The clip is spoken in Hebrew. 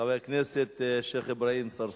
חבר הכנסת השיח' אברהים צרצור.